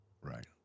Right